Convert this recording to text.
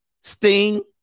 Sting